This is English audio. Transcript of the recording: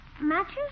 Matches